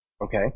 Okay